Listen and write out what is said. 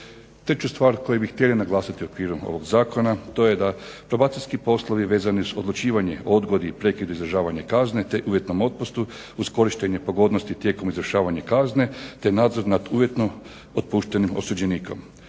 Treću stvar koju bi htjeli naglasiti u okviru ovog Zakona to je da probacijski poslovi vezani uz odlučivanje o odgodi, prekidu izdržavanja kazne, te uvjetnom otpustu uz korištenje pogodnosti tijekom izvršavanja kazne, te nadzor nad uvjetno otpuštenim osuđenikom.